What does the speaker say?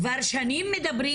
כבר שנים מדברים,